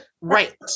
Right